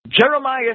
Jeremiah